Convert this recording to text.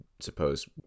suppose